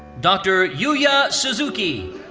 dr. yuya suzuki.